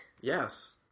Yes